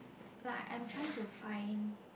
like I'm trying to find